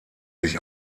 sich